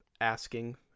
asking